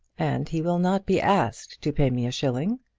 and he will not be asked to pay me a shilling.